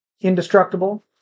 indestructible